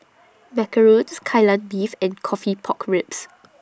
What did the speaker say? Macarons Kai Lan Beef and Coffee Pork Ribs